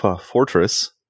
Fortress